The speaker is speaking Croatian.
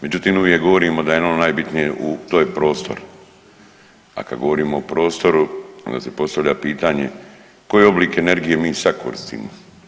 Međutim, uvijek govorimo da je ono najbitnije to je prostor, a kad govorimo o prostoru onda se postavlja pitnje koji oblik energije mi sad koristimo.